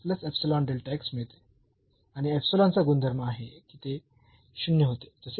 तर आपल्याला मिळते आणि चा गुणधर्म आहे की ते 0 होते जसे